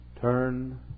Turn